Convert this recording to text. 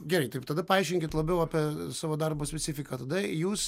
gerai taip tada paaiškinkit labiau apie savo darbo specifiką tada jūs